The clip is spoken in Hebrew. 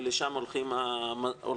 ולשם הולכים המוסדות.